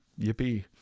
yippee